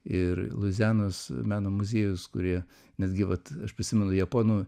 ir luizianos meno muziejus kurie netgi vat aš prisimenu japonų